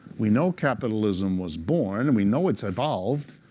we know capitalism was born, and we know it's evolved.